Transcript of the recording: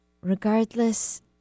regardless